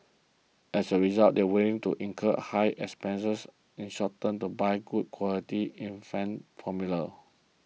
as a result they are willing to incur high expenses in the short term to buy good quality infant formula